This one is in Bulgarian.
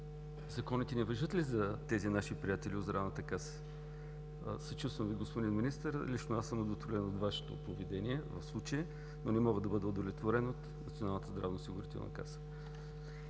Законите не важат ли за тези наши приятели от Здравната каса? Съчувствам Ви, господин Министър, лично аз съм удовлетворен от Вашето поведение в случая, но не мога да бъда удовлетворен от